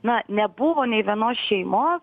na nebuvo nei vienos šeimos